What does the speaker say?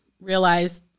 realize